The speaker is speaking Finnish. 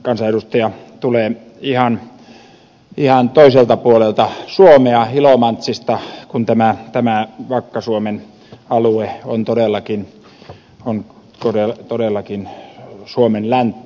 hän tulee ihan toiselta puolelta suomea ilomantsista kun tämä vakka suomen alue on todellakin suomen länttä